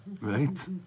right